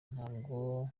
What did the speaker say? ntabwo